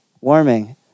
warming